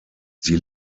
sie